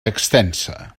extensa